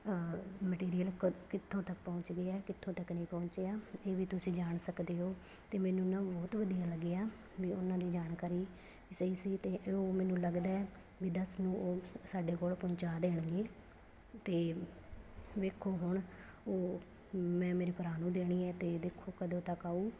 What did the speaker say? material ਕ ਕਿੱਥੋਂ ਤੱਕ ਪਹੁੰਚ ਗਿਆ ਕਿੱਥੋਂ ਤੱਕ ਨਹੀਂ ਪਹੁੰਚਿਆ ਇਹ ਵੀ ਤੁਸੀਂ ਜਾਣ ਸਕਦੇ ਹੋ ਅਤੇ ਮੈਨੂੰ ਨਾ ਬਹੁਤ ਵਧੀਆ ਲੱਗਿਆ ਵੀ ਉਹਨਾਂ ਦੀ ਜਾਣਕਾਰੀ ਸਹੀ ਸੀ ਅਤੇ ਉਹ ਮੈਨੂੰ ਲੱਗਦਾ ਵੀ ਦਸ ਨੂੰ ਉਹ ਸਾਡੇ ਕੋਲ ਪਹੁੰਚਾ ਦੇਣਗੇ ਅਤੇ ਵੇਖੋ ਹੁਣ ਉਹ ਮੈਂ ਮੇਰੇ ਭਰਾ ਨੂੰ ਦੇਣੀ ਹੈ ਅਤੇ ਦੇਖੋ ਕਦੋਂ ਤੱਕ ਆਊ